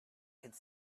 could